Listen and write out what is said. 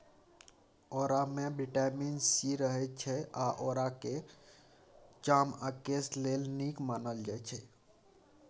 औरामे vitamin C रहय छै आ औराकेँ चाम आ केस लेल नीक मानल जाइ छै